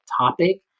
topic